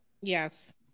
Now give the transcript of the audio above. Yes